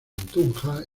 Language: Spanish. tunja